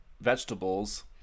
vegetables